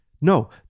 No